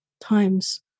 times